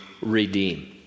redeem